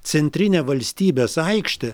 centrinę valstybės aikštę